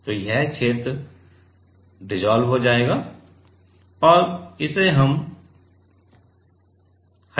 तो यह क्षेत्र डिसॉल्व हो जाएगा और इसे हटा दिया जाएगा